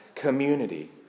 community